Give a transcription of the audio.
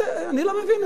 אני לא מבין את זה.